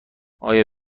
آیا